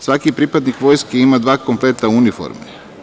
Svaki pripadnik Vojske ima dva kompleta uniforme.